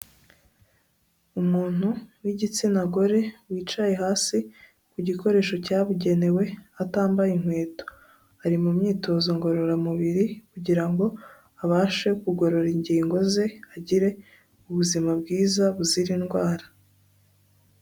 Umuntu w'igitsina gore wicaye hasi ku gikoresho cyabugenewe atambaye inkweto, ari mu myitozo ngororamubiri kugira ngo abashe kugorora ingingo ze, agire ubuzima bwiza buzira indwara.